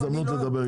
וודאי שהוא שונה,